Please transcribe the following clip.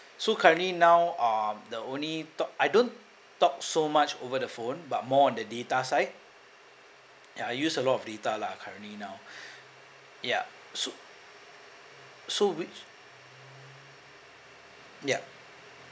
so currently now uh the only talk I don't talk so much over the phone but more on the data side ya I use a lot of data lah currently now ya so so which ya